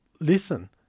Listen